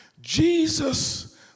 Jesus